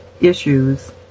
issues